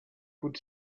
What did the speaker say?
could